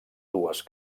dues